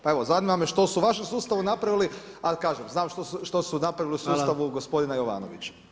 Pa evo zanima me što su u vašem sustavu napravili ali kažem znam što su napravili u sustavu gospodina Jovanovića.